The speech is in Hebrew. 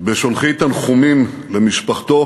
בשולחי תנחומים למשפחתו